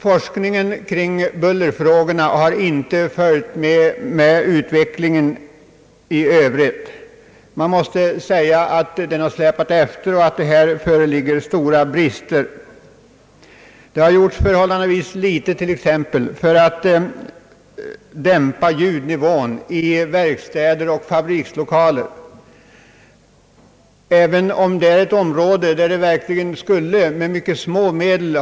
Forskningen kring bullerfrågorna har inte följt med utvecklingen i övrigt; den har släpat efter, och här föreligger stora brister. Förhållandevis litet har gjorts t.ex. för att dämpa ljudnivån i verkstäder och fabrikslokaler, trots att det här skulle gått att göra åtskilligt med mycket små medel.